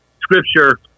scripture